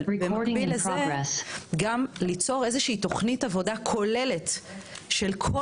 אבל במקביל לזה גם ליצור איזושהי תוכנית עבודה כוללת של כל